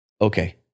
Okay